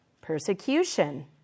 persecution